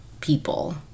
people